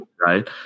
right